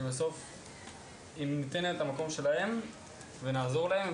כי אם ניתן להם את מה שמגיע להם ונעזור להם,